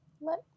Let